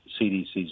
CDC's